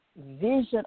vision